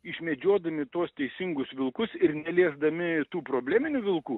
išmedžiodami tuos teisingus vilkus ir neliesdami tų probleminių vilkų